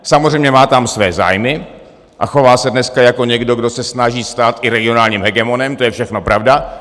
Samozřejmě má tam své zájmy a chová se dneska jako někdo, kdo se snaží stát i regionálním hegemonem, to je všechno pravda.